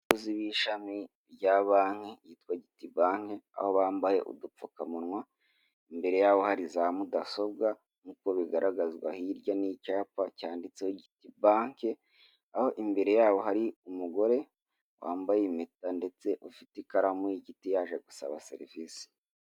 Abkobozi b'ishami rya banki yitwa Giti banke aho bambaye udupfukamunwa, imbere yabo hari za mudasobwa nk'uko bigaragazwa, hirya n'icyapa cyanditseho Giti banke abo imbere yaho hari umugore wambaye impeta ndetse ufite ikaramu y'igiti yaje gusaba serivise.